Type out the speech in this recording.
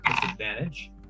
Disadvantage